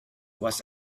was